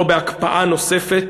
לא בהקפאה נוספת,